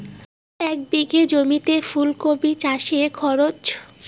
এক বিঘে জমিতে ফুলকপি চাষে খরচ?